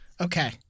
Okay